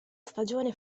stagione